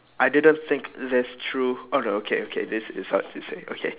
I didn't think this through oh no okay okay this this one this one okay